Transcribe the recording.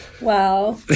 Wow